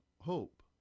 hope